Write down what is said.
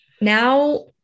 now